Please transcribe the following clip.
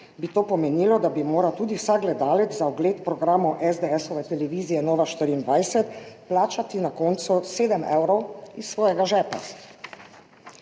bi to pomenilo, da bi moral tudi vsak gledalec za ogled programov SDS televizije Nova24 plačati na koncu 7 evrov iz svojega žepa.